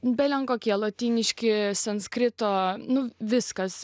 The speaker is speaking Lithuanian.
belenkokie lotyniški sanskrito nu viskas